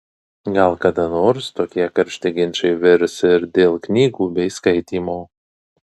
gal kada nors tokie karšti ginčai virs ir dėl knygų bei skaitymo